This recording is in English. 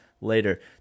later